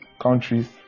countries